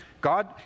God